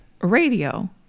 radio